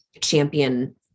champion